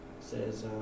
says